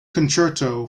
concerto